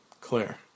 Claire